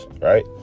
right